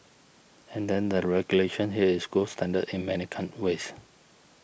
and then the regulation here is gold standard in many ways